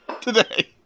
today